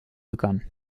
begann